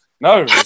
No